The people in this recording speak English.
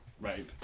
Right